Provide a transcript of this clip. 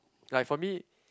like for me